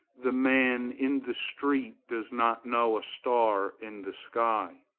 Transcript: the man in the street does not know a star in the sky.